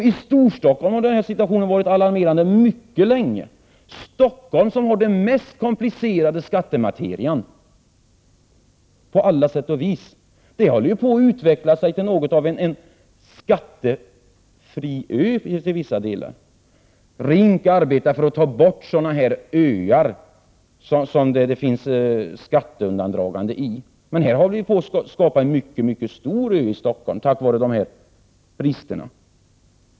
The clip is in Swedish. I Storstockholm har denna situation varit alarmerande mycket länge — Stockholm har den mest komplicerade skattematerian på alla sätt och vis! Stockholm håller på att utvecklas till något av en skattefri ö i vissa avseenden. RINK arbetar för att ta bort sådana här öar där det finns skatteundandragande. Här håller vi på att skapa en mycket stor ö till följd av dessa brister.